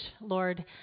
Lord